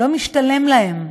לא משתלם להם.